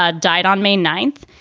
ah died on may ninth.